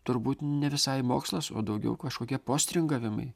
turbūt ne visai mokslas o daugiau kažkokie postringavimai